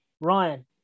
Ryan